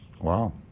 Wow